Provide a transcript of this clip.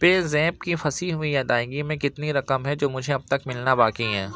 پے zip کی پھسی ہوئی ادائیگی میں کتنی رقم ہے جو مجھے اب تک ملنا باقی ہے